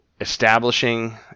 establishing